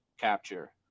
capture